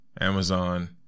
Amazon